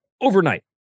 Overnight